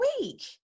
week